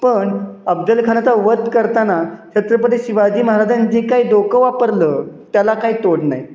पण अफजलखानाचा वध करताना छत्रपती शिवाजी महाराजांनी जे काही डोकं वापरलं त्याला काही तोड नाही